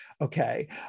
Okay